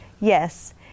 Yes